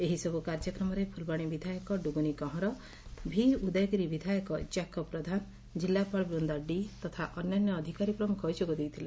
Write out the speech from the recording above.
ଏହିସବୁ କାର୍ଯ୍ୟକ୍ରମରେ ଫୁଲବାଶୀ ବିଧାୟକ ଡୁଗୁନି କହଁର ଉଉଦୟଗିରି ବିଧାୟକ ଜାକବ୍ ପ୍ରଧାନ ଜିଲ୍ଲାପାଳ ବୂନ୍ଦା ଡି ତଥା ଅନ୍ୟାନ୍ୟ ଅଧିକାରୀ ପ୍ରମୁଖ ଯୋଗ ଦେଇଥିଲେ